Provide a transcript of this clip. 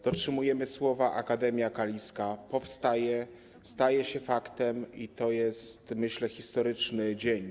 Dotrzymujemy słowa, Akademia Kaliska powstaje, staje się faktem i to jest, myślę, historyczny dzień.